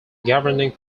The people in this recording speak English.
governing